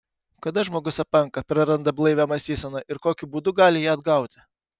kada žmogus apanka praranda blaivią mąstyseną ir kokiu būdu gali ją atgauti